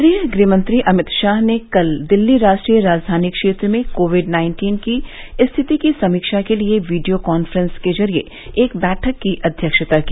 केंद्रीय गृह मंत्री अमित शाह ने कल दिल्ली राष्ट्रीय राजधानी क्षेत्र में कोविड नाइन्टीन की रिथति की समीक्षा के लिए वीडियो काफ्रेंस के जरिए एक वैठक की अध्यक्षता की